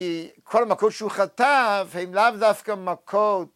כי כל המכות שהוא חטף הם לאו דווקא מכות.